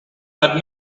had